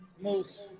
Moose